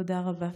תודה רבה.